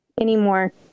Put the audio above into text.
anymore